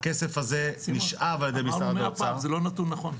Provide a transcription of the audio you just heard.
אמרנו מאה פעם, זה לא נתון נכון.